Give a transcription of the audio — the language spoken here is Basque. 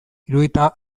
hirurogeita